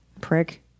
Prick